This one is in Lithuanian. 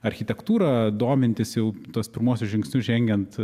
architektūrą domintis jau tuos pirmuosius žingsnius žengiant